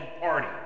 Party